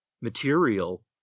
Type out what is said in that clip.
material